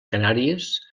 canàries